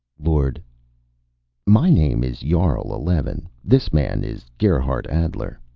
lord my name is jarl eleven. this man is gerhardt adler.